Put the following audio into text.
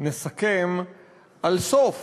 נסכם על סוף